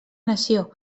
nació